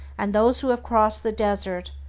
and those who have crossed the desert,